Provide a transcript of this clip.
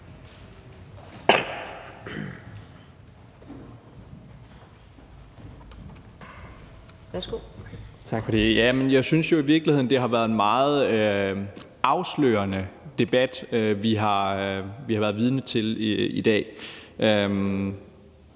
virkeligheden, det har været en meget afslørende debat, vi har været vidne til i dag.